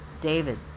David